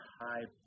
high